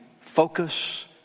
focus